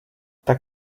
tak